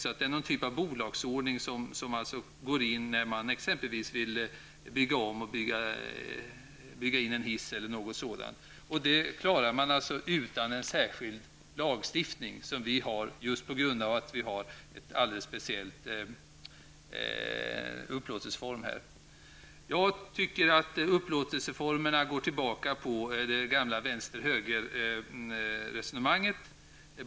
Det är alltså någon typ av bolagsordning som går in när man exempelvis vill bygga in en hiss. Det klarar man alltså utan någon särskild lagstiftning. Vi har ju en sådan lagstiftning på grund av att vi har en alldeles speciell upplåtelseform. Jag tycker att upplåtelseformerna går tillbaka på det gamla vänster--höger-resonemanget.